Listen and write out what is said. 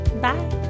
Bye